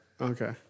Okay